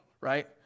right